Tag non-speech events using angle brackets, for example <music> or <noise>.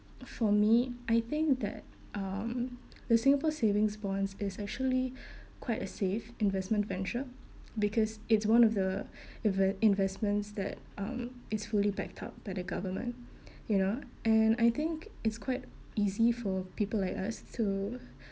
for me I think that um the Singapore savings bonds is actually <breath> quite a safe investment venture because it's one of the <breath> inve~ investments that um is fully backed up by the government you know and I think it's quite easy for people like us to